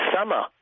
summer